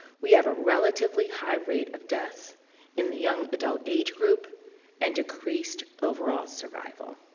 we have a relatively high rate of deaths in the young adult age group and decreased overall survival.